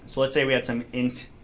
so let's say we had some int,